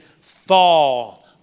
fall